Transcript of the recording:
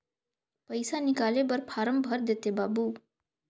पइसा निकाले बर फारम भर देते बाबु?